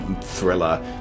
thriller